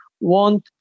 want